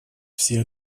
все